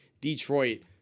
Detroit